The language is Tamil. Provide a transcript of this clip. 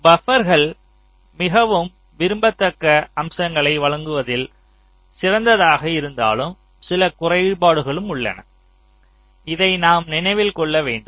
பபர்கள் மிகவும் விரும்பத்தக்க அம்சங்களை வழங்குவதில் சிறந்ததாக இருந்தாலும் சில குறைபாடுகளும் உள்ளன இதை நாம் நினைவில் கொள்ள வேண்டும்